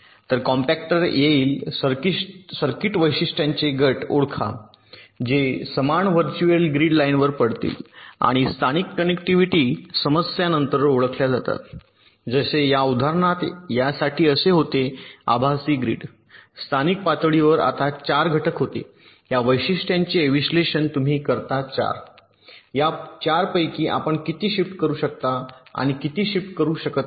तर कॉम्पॅक्टर येईल सर्किट वैशिष्ट्यांचे गट ओळखा जे समान व्हर्च्युअल ग्रीड लाइनवर पडतील आणि स्थानिक कनेक्टिव्हिटी समस्या नंतर ओळखल्या जातात जसे या उदाहरणात या साठी असे होते आभासी ग्रिड स्थानिक पातळीवर आता 4 घटक होते या वैशिष्ट्यांचे विश्लेषण तुम्ही करता 4 या 4 पैकी आपण किती शिफ्ट करू शकता आणि किती शिफ्ट करू शकत नाही